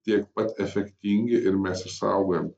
tiek pat efektingi ir mes išsaugojom